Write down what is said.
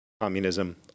Communism